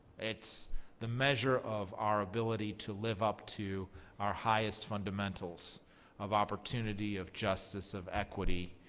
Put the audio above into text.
it's the measure of our ability to live up to our highest fundamentals of opportunity of justice, of equity,